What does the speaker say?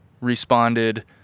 responded